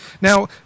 Now